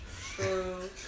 True